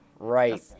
Right